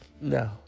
No